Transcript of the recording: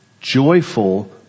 joyful